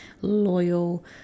loyal